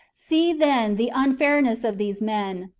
see, then, the unfairness of these men.